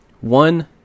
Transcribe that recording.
one